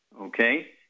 okay